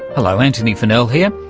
hello, antony funnell here,